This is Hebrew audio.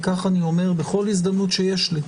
וכך אני אומר בכל הזדמנות שיש לי,